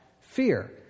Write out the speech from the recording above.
fear